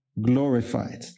glorified